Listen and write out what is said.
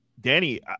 Danny